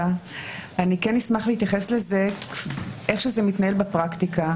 כן אשמח להתייחס לאופן שזה מתנהל בפרקטיקה.